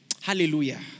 Hallelujah